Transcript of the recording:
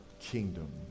kingdom